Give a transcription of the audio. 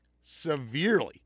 severely